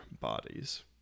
bodies